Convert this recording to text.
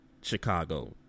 Chicago